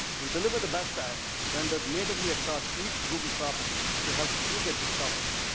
we'll deliver the best ad, rendered natively across each google property, to help you get discovered.